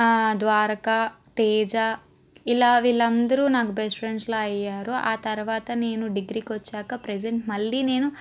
ద్వారక తేజ ఇలా వీళ్ళందరూ నాకు బెస్ట్ ఫ్రెండ్స్లా అయ్యారు ఆ తర్వాత నేను డిగ్రీ కొచ్చాక ప్రజెంట్ మళ్లీ నేను